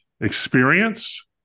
experience